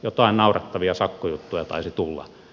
jotain naurettavia sakkojuttuja taisi tulla